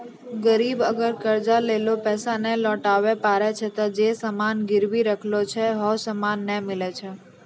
गिरब अगर कर्जा लेलो पैसा नै लौटाबै पारै छै ते जे सामान गिरबी राखलो छै हौ सामन नै मिलै छै